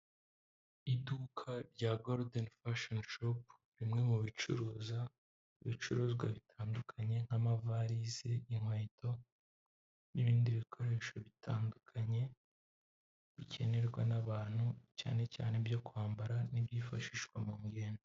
Iduka rya goludeni fashoni, rimwe mu bicuruza ibicuruzwa bitandukanye nk'amavalize, inkweto n'ibindi bikoresho bitandukanye bikenerwa n'abantu cyane cyane ibyo kwambara n'ibyifashishwa mu ngendo.